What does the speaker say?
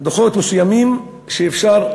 דוחות מסוימים, שאפשר,